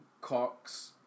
Cox